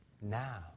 now